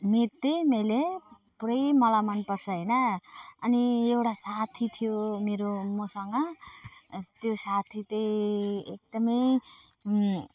math चाहिँ मैले पुरै मलाई मनपर्छ होइन अनि एउटा साथी थियो मेरो मसँग त्यो साथी चाहिँ एकदमै